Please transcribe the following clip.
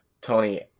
Tony